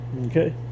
okay